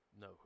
No